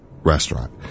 restaurant